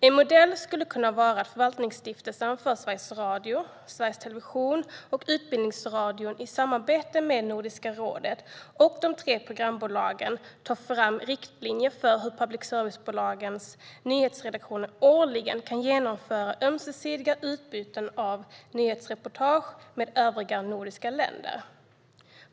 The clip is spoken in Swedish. En modell skulle kunna vara att Förvaltningsstiftelsen för Sveriges Radio, Sveriges Television och Utbildningsradion i samarbete med Nordiska rådet och de tre programbolagen tar fram riktlinjer för hur public service-bolagens nyhetsredaktioner årligen kan genomföra ömsesidiga utbyten av nyhetsreportage med övriga nordiska länder.